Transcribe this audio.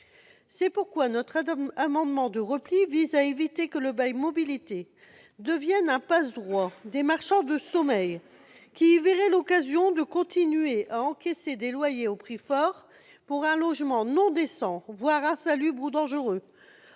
C'est pourquoi notre amendement de repli vise à éviter que le bail mobilité ne devienne un passe-droit des marchands de sommeil, qui y verraient l'occasion de continuer à encaisser des loyers au prix fort, pour un logement non décent, voire insalubre ou dangereux,